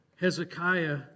Hezekiah